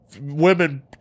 women